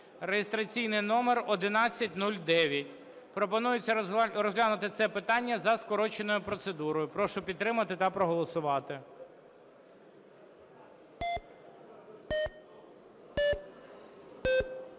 (реєстраційний номер 1109). Пропонується розглянути це питання за скороченою процедурою. Прошу підтримати та проголосувати.